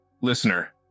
Listener